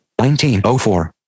1904